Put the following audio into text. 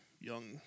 young